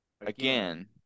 again